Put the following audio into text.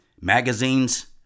magazines